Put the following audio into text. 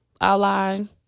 outline